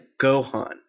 gohan